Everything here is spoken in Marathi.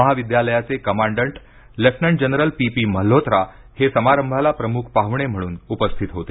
महाविद्यालयाचे commandant lieutenant general P P Malhotra हे समारंभाला प्रमुख पाह्णे म्हणून उपस्थित होते